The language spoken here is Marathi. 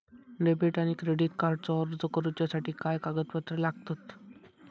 डेबिट आणि क्रेडिट कार्डचो अर्ज करुच्यासाठी काय कागदपत्र लागतत?